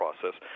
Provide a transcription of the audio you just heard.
process